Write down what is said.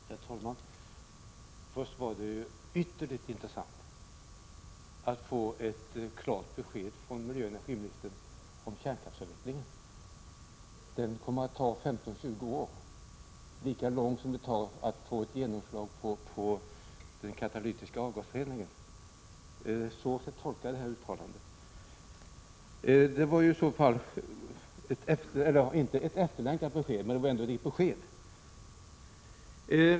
Herr talman! Det var till att börja med ytterligt intressant att få ett klart besked från miljöoch energiministern om kärnkraftsavvecklingen: denna kommer att ta 15-20 år, dvs. lika lång tid som det tar att få ett genomslag för den katalytiska avgasreningen. Så tolkar jag Birgitta Dahls uttalande. Det var i så fall ett om inte efterlängtat besked, så ändå ett besked.